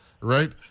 right